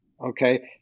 okay